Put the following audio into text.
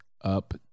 up